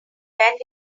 bend